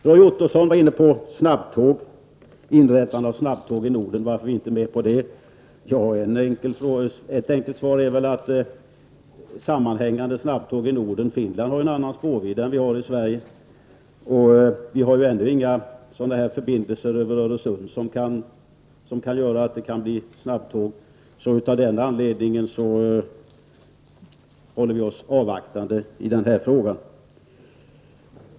Roy Ottosson frågade varför vi inte är med på att införa snabbtåg i Norden. Ett enkelt svar på den frågan är att en svårighet är att Finland har en annan spårvidd än vad vi har i Sverige. Vi har inte heller ännu några förbindelser över Öresund som möjliggör snabbtåg. Av den anledningen håller vi oss avvaktande i den frågan.